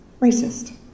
racist